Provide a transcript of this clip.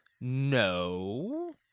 No